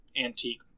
antique